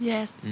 Yes